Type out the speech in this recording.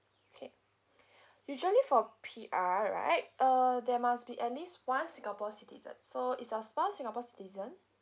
okay usually for P_R right uh there must be at least one singapore citizen so it's a s~ one singapore citizen